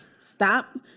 Stop